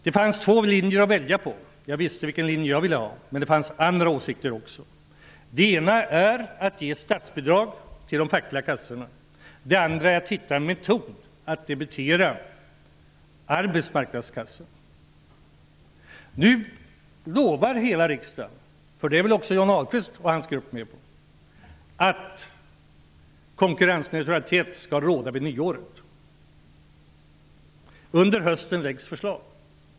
Det fanns två linjer att välja mellan. Jag visste vilken linje jag ville ha. Men det fanns andra åsikter också. Den ena är att ge statsbidrag till de fackliga kassorna. Den andra är att hitta en metod att debitera arbetsmarknadskassan. Nu lovar hela riksdagen -- för det är väl också Johnny Ahlqvist och hans grupp med på -- att konkurrensneutralitet skall råda vid nyår. Under hösten läggs förslag fram.